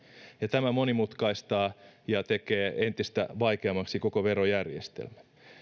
ja tämä monimutkaistaa ja tekee entistä vaikeammaksi koko verojärjestelmän